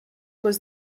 was